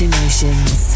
Emotions